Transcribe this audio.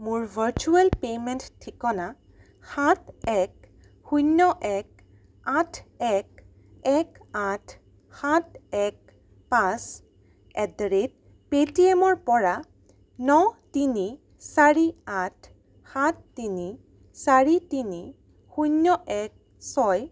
মোৰ virtual payment ঠিকনা সাত এক শূন্য এক আঠ এক এক আঠ সাত এক পাঁচ এট দ্যা ৰেট পেটিএমৰপৰা ন তিনি চাৰি আঠ সাত তিনি চাৰি তিনি শূন্য এক ছয়